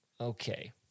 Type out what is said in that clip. okay